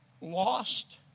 lost